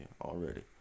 already